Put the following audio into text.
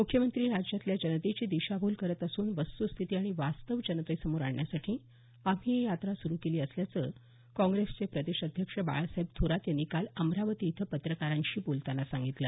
मुख्यमंत्री राज्यातल्या जनतेची दिशाभूल करत असून वस्तुस्थिती आणि वास्तव जनतेसमोर आणण्यासाठी आम्ही ही यात्रा सुरू केली असल्याचं काँग्रेसचे प्रदेश अध्यक्ष बाळासाहेब थोरात यांनी काल अमरावती इथं पत्रकारांशी बोलतांना सांगितलं